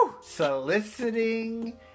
soliciting